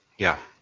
yeah.